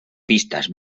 pistas